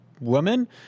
woman